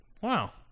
Wow